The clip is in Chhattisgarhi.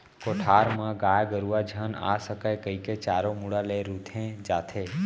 कोठार म गाय गरूवा झन आ सकय कइके चारों मुड़ा ले रूंथे जाथे